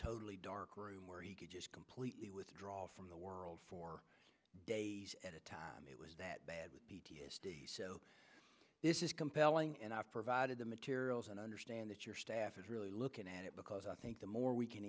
totally dark room where he could just completely withdraw from the world for days at a time it was that bad with p t s d so this is compelling and i provided the materials and i understand that your staff is really looking at it because i think the more we can